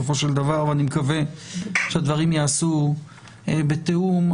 ואני מקווה שהדברים ייעשו בתיאום,